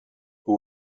who